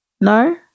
No